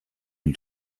dem